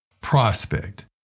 Prospect